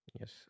Yes